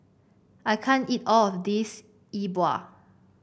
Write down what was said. I can't eat all of this Yi Bua